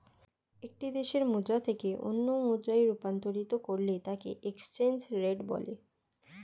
একটি দেশের মুদ্রা থেকে অন্য মুদ্রায় রূপান্তর করলে তাকেএক্সচেঞ্জ রেট বলে